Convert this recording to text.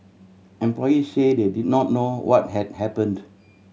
employee say they did not know what had happened